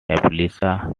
replica